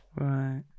Right